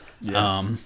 Yes